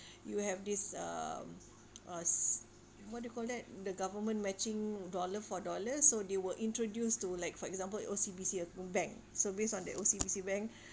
you have this um uh what do you call that the government matching dollar for dollar so they were introduced to like for example your O_C_B_C uh bank so based on their O_C_B_C bank